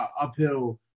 uphill